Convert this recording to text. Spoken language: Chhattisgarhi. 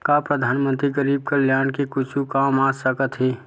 का परधानमंतरी गरीब कल्याण के कुछु काम आ सकत हे